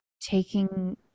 taking